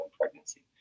pregnancy